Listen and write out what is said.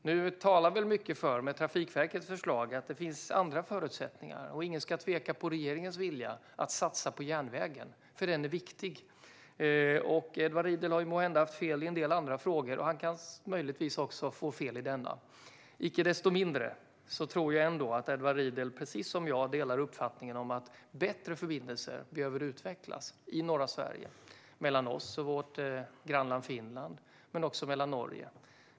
Nu med Trafikverkets förslag talar väl mycket för att det finns andra förutsättningar - och ingen ska tvivla på regeringens vilja att satsa på järnvägen, för den är viktig. Edward Riedl har måhända haft fel i en del andra frågor, och han kan möjligtvis ha fel också i denna. Icke desto mindre tror jag att Edward Riedl och jag delar uppfattningen att bättre förbindelser behöver utvecklas i norra Sverige mellan oss och vårt grannland Finland men också mellan oss och Norge.